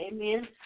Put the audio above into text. amen